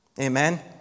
Amen